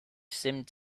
seemed